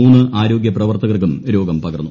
മൂന്ന് ആരോഗൃ പ്രവർത്തകർക്കും രോഗം പകർന്നു